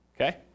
okay